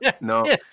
no